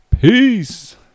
Peace